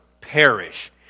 perish